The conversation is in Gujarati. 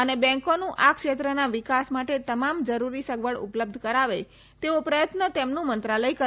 અને બેંકોનું આ ક્ષેત્રના વિકાસ માટે તમામ જરૂરી સગવડ ઉપલબ્ધ કરાવે તેવો પ્રયત્ન તેમનું મંત્રાલય કરી રહ્યું છે